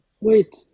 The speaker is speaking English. Wait